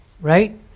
Right